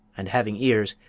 and having ears,